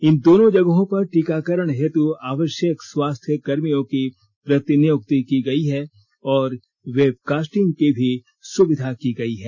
इन दोनों जगहों पर टीकाकरण हेतु आवश्यक स्वास्थ्य कर्मियों की प्रतिनियुक्ति की गई है और वेबकास्टिंग की भी सुविधा की गई है